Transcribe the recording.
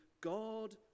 God